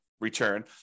Return